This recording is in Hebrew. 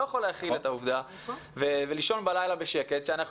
לא יכול להכיל את העובדה ובלילה לישון בשקט כשאנחנו